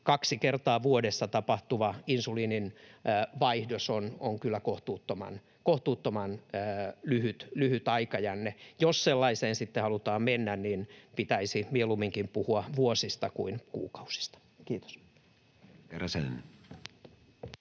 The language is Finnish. Kaksi kertaa vuodessa tapahtuva insuliinin vaihdos on kyllä kohtuuttoman lyhyt aikajänne. Jos sellaiseen sitten halutaan mennä, niin pitäisi mieluumminkin puhua vuosista kuin kuukausista. — Kiitos.